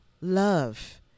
love